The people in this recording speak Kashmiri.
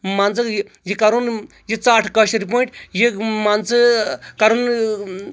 مان ژٕ یہِ کرُن یہِ ژٹ کٲشِر پٲٹھۍ یہِ مان ژٕ کرُن اۭں